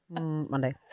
monday